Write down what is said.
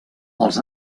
als